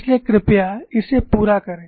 इसलिए कृपया इसे पूरा करें